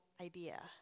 idea